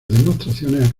demostraciones